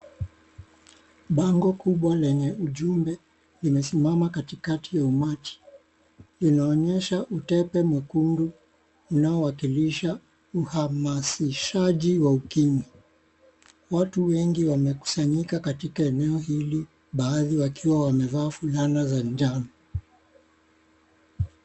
Bango kubwa lenye ujumbe limesimama katikati ya umati. 𝐿inaonyesha utepe mwekundu unaowakilisha uhamasishaji wa ukimwi. Watu wengi wamekusanyika katika eneo hili, baadhi wakiwa wamevaa fulana za njano.